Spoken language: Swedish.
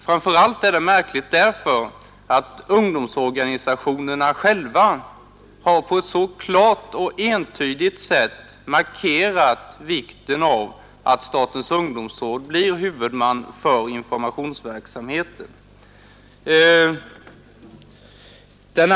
Framför allt är det märkligt därför att ungdomsorganisationerna själva på ett så klart och entydigt sätt markerat vikten av att statens ungdomsråd blir huvudman för informationsverksamheten.